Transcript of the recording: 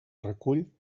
recull